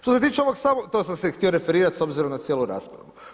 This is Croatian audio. Što se tiče ovog samog, to sam se htio referirati s obzirom na cijelu raspravu.